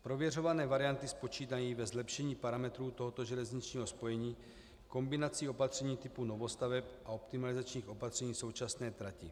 Prověřované varianty spočívají ve zlepšení parametrů tohoto železničního spojení kombinací opatření typu novostaveb a optimalizačních opatření současné praxe.